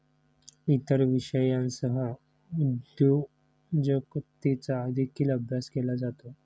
इतर विषयांसह उद्योजकतेचा देखील अभ्यास केला जातो